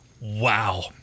Wow